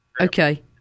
Okay